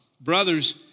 brothers